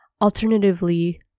Alternatively